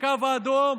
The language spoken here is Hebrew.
הקו האדום,